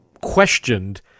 questioned